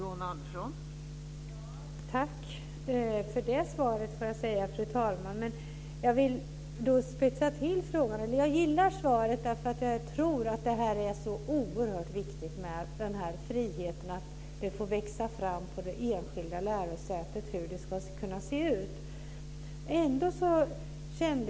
Fru talman! Tack för det svaret. Då vill jag spetsa till frågan. Jag gillar svaret därför att jag tror att den här friheten, att det får växa fram på de enskilda lärosätet hur det ska se ut, är så oerhört viktig.